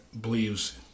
believes